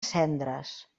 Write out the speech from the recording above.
cendres